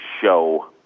show